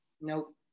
nope